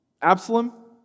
Absalom